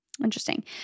Interesting